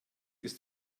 ist